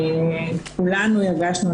כולנו הרגשנו,